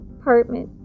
apartment